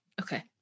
okay